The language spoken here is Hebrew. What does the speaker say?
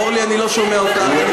אורלי, אני לא שומע אותך.